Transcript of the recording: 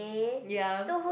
ya